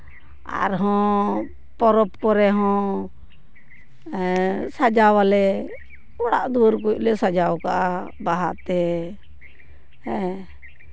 ᱟᱨᱦᱚᱸ ᱯᱚᱨᱚᱵᱽ ᱠᱚᱨᱮ ᱦᱚᱸ ᱥᱟᱡᱟᱣ ᱟᱞᱮ ᱚᱲᱟᱜ ᱫᱩᱣᱟᱹᱨ ᱠᱚᱞᱮ ᱥᱟᱡᱟᱣ ᱠᱟᱜᱼᱟ ᱵᱟᱦᱟ ᱛᱮ ᱦᱮᱸ